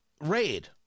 raid